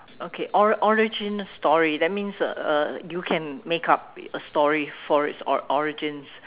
okay ori~ origin story that means uh uh you can make up a story for its or~ origins